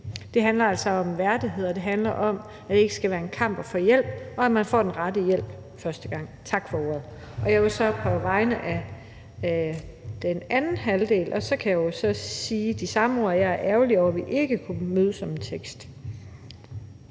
Det handler altså om værdighed, og det handler om, at det ikke skal være en kamp at få hjælp, og at man får den rette hjælp første gang. Jeg vil sige noget på vegne af den anden halvdel. Jeg kan så sige de samme ord, nemlig at jeg er ærgerlig over, at vi ikke kunne mødes om en tekst.